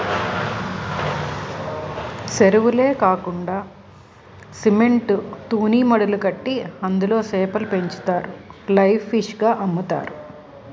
సెరువులే కాకండా సిమెంట్ తూనీమడులు కట్టి అందులో సేపలు పెంచుతారు లైవ్ ఫిష్ గ అమ్ముతారు